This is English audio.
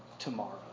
Tomorrow